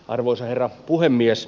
arvoisa herra puhemies